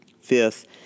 Fifth